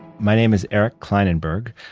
my name is eric klinenberg.